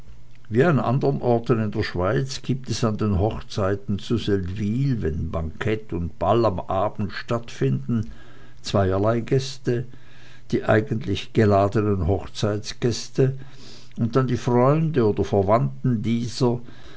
wie an anderen orten der schweiz gibt es an den hochzeiten zu seldwyl wenn bankett und ball am abend stattfinden zweierlei gäste die eigentlichen geladenen hochzeitgäste und dann die freunde oder verwandten dieser